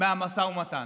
מהמשא ומתן.